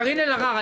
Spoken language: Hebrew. קארין אלהרר,